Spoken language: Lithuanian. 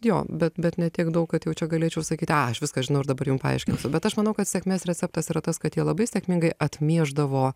jo bet bet ne tiek daug kad jau čia galėčiau sakyti a aš viską žinau ir dabar jum paaiškinsiu bet aš manau kad sėkmės receptas yra tas kad jie labai sėkmingai atmiešdavo